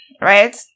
right